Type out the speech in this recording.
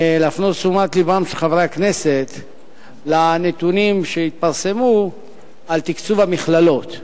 להפנות את תשומת לבם של חברי הכנסת לנתונים שהתפרסמו על תקצוב המכללות.